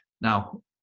Now